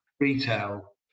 retail